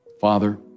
Father